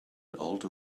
older